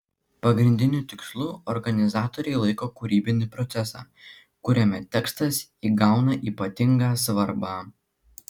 pagrindiniu tikslu organizatoriai laiko kūrybinį procesą kuriame tekstas įgauna ypatingą svarbą